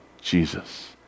Jesus